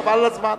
חבל על הזמן.